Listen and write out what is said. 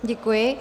Děkuji.